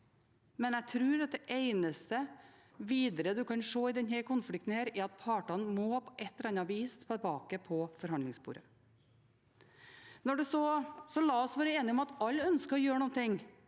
Jeg tror at det eneste en kan se videre i denne konflikten, er at partene på et eller annet vis må tilbake på forhandlingssporet. La oss være enige om at alle ønsker å gjøre noe,